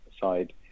side